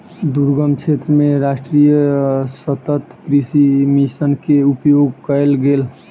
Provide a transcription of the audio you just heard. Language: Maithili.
दुर्गम क्षेत्र मे राष्ट्रीय सतत कृषि मिशन के उपयोग कयल गेल